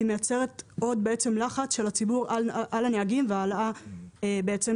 היא מייצרת עוד לחץ של הציבור על הנהגים ועלייה באלימות.